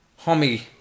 homie